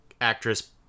actress